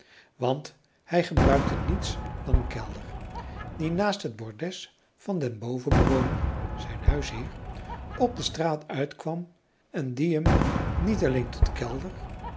want hij gebruikte niets dan een kelder die naast het bordes van den bovenbewoner zijn huisheer op de straat uitkwam en die hem niet alleen tot kelder